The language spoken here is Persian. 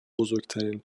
بزرگترین